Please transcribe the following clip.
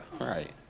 right